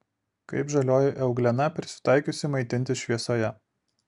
kaip žalioji euglena prisitaikiusi maitintis šviesoje